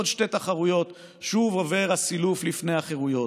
עוד שתי תחרויות / שוב עובר הסילוף לפני החירויות!